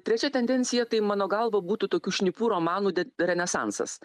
trečia tendencija tai mano galva būtų tokių šnipų romanų de renesansas